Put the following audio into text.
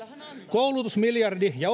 koulutusmiljardi ja